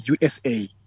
USA